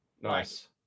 Nice